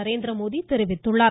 நரேந்திரமோடி தெரிவித்துள்ளார்